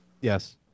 Yes